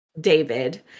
David